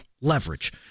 leverage